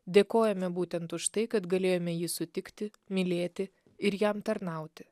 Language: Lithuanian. dėkojame būtent už tai kad galėjome jį sutikti mylėti ir jam tarnauti